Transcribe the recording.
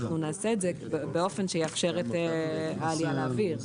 אנחנו נעשה את זה באופן שיאפשר את העלייה לאוויר.